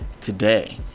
today